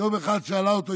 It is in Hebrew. יום אחד שאלה אותו אשתו: